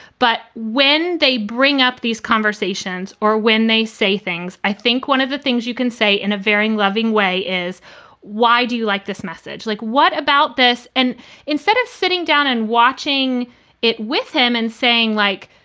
but when they bring up these conversations or when they say things, i think one of the things you can say in a very loving way is why do you like this message? like, what about this? and instead of sitting down and watching it with him and saying like,